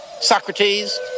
Socrates